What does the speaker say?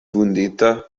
vundita